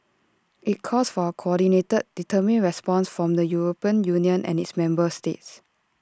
IT calls for A coordinated determined response from the european union and its member states